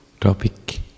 topic